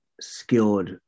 skilled